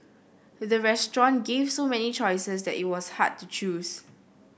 the restaurant gave so many choices that it was hard to choose